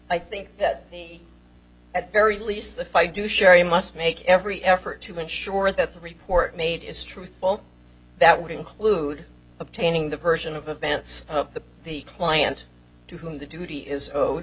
i think that at very least if i do sherry must make every effort to ensure that the report made is truthful that would include obtaining the version of events that the client to whom the duty is owed